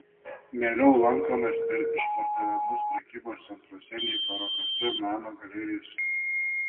mieliau lankomės per išpardavimus prekybos centruose nei parodose meno galerijose